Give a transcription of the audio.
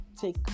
take